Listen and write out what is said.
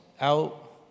out